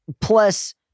Plus